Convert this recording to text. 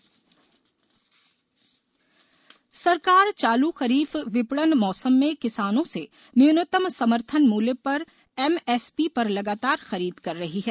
सरकार खरीफ सरकार चालू खरीफ विपणन मौसम में किसानों से न्यूनतम समर्थन मूल्य एमएसपी पर लगातार खरीद कर रही है